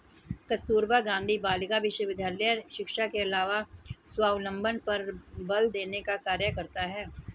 कस्तूरबा गाँधी बालिका विद्यालय शिक्षा के अलावा स्वावलम्बन पर बल देने का कार्य करता है